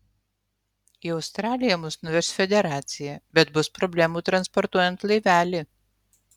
į australiją mus nuveš federacija bet bus problemų transportuojant laivelį